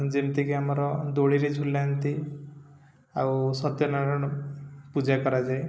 ଯେମିତିକି ଆମର ଦୋଳିରେ ଝୁଲାନ୍ତି ଆଉ ସତ୍ୟନାରାୟଣ ପୂଜା କରାଯାଏ